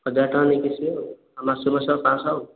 ହଜାରେ ଟଙ୍କା ନେଇକି ଆସିବେ ଆଉ ମାସକୁ ମାସକୁ ମାସ ପାଞ୍ଚ ଶହ ଆଉ